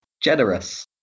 generous